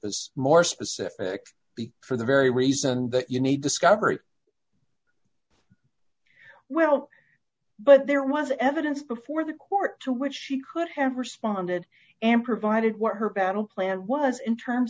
as more specific the for the very reason that you need discovery well but there was evidence before the court to which she could have responded and provided what her battle plan was in terms